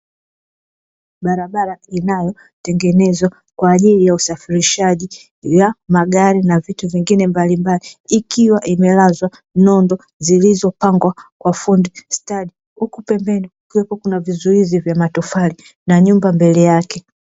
Barabara inayotengenezwa kwa ajili ya usafirishaji wa magari na vitu vingine mbalimbali, ikiwa imelazwa nondo zilizopangwa kwa ufundi stadi. Huku pembeni kukiwepo na vizuizi vya matofali; na nyumba mbele yake.